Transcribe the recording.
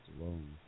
alone